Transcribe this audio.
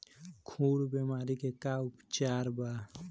खुर बीमारी के का उपचार बा?